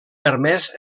permès